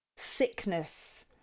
sickness